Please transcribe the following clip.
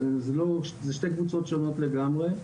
זה שתי קבוצות שונות לגמרי.